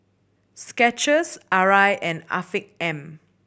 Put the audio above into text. Skechers Arai and Afiq M